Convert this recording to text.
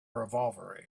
revolver